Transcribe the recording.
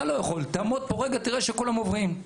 אתה לא יכול אבל תעמוד פה ותראה שכולם עוברים.